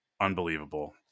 unbelievable